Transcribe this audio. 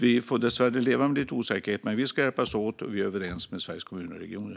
Vi får dessvärre leva med lite osäkerhet. Men vi ska hjälpas åt, och vi är överens med Sveriges Kommuner och Regioner.